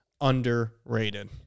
underrated